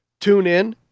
TuneIn